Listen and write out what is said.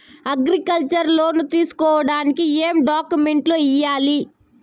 Agriculture loan తీసుకోడానికి ఏం డాక్యుమెంట్లు ఇయ్యాలి?